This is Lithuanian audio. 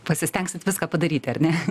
pasistengsit viską padaryti ar ne